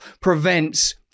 prevents